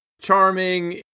charming